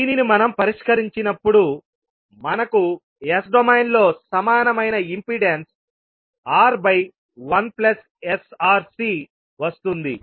దీనిని మనం పరిష్కరించినప్పుడు మనకు s డొమైన్లో సమానమైన ఇంపెడెన్స్ R1sRCవస్తుంది